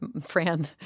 Fran